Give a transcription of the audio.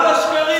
כל השקרים,